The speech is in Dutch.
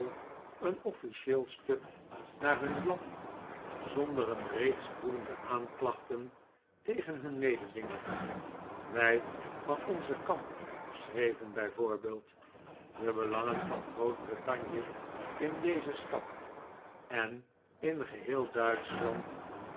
een offlcieel stuk naar hun land zonder een reeks woedende aanklachten tegen hun mededinger wij van onzen kant schreven bijvoorbeeld de belangen van groot-brittanje in deze stad en in geheel duitschland